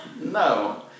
no